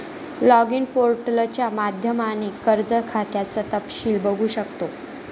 login पोर्टलच्या माध्यमाने कर्ज खात्याचं तपशील बघू शकतो